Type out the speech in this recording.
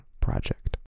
project